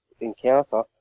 encounter